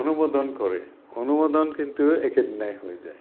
অনুমোদন কৰে অনুমোদন কিন্তু একেদিনাই হৈ যায়